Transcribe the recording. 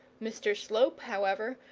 mr slope, however,